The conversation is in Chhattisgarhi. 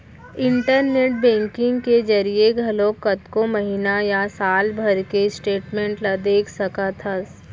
इंटरनेट बेंकिंग के जरिए घलौक कतको महिना या साल भर के स्टेटमेंट ल देख सकत हस